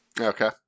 Okay